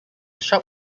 sharp